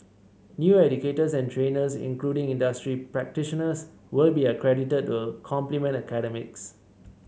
new educators and trainers including industry practitioners will be accredited to complement academics